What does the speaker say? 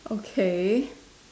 okay